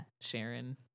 Sharon